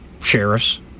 sheriffs